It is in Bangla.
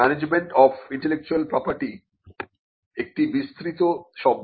ম্যানেজমেন্ট অফ ইন্টেলেকচুয়াল প্রপার্টি একটি বিস্তৃত শব্দ